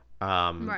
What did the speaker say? Right